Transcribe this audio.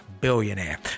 billionaire